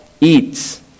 eats